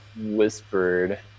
Whispered